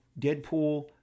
Deadpool